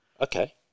Okay